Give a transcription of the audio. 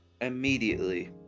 Immediately